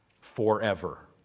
forever